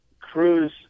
Cruz